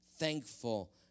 thankful